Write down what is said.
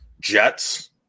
Jets